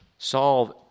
solve